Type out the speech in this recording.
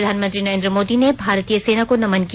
प्रधानमंत्री नरेन्द्र मोदी ने भारतीय सेना को नमन किया